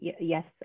yes